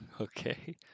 Okay